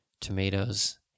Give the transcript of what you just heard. tomatoes